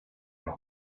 noch